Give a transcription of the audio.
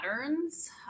patterns